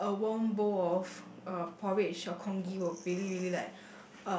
uh a warm bowl of uh porridge or congee will really really like